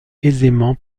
aisément